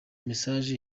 message